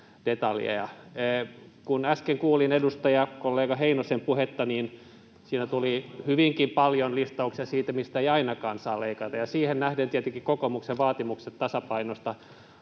Kun äsken kuulin edustajakollega Heinosen puhetta, niin siinä tuli hyvinkin paljon listauksia siitä, mistä ei ainakaan saa leikata, ja siihen nähden tietenkin kokoomuksen vaatimukset tasapainosta